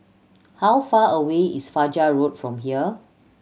how far away is Fajar Road from here